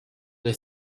they